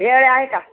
भेळ आहे का